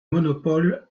monopole